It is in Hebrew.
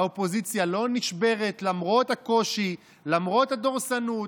האופוזיציה לא נשברת למרות הקושי, למרות הדורסנות,